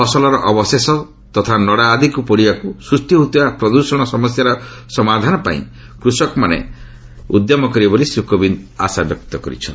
ଫସଲର ଅବସଶେଷ ତଥା ନଡ଼ା ଆଦିକୁ ପୋଡ଼ିବାରୁ ସୃଷ୍ଟି ହେଉଥିବା ପ୍ରଦୃଷଣ ସମସ୍ୟାର ସମାଧାନ ପାଇଁ କୃଷକମାନେ ଉଦ୍ୟମ କରିବେ ବୋଲି ଶ୍ରୀ କୋବିନ୍ଦ ଆଶା ବ୍ୟକ୍ତ କରିଛନ୍ତି